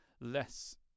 less